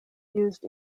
used